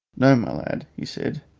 no, my lad, he said,